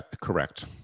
Correct